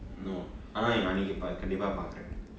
no ஆனா நா இன்னிக்கி கண்டிப்பா பாக்குறே:aanaa naa inikki kandipaa paakren